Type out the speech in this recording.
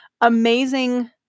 amazing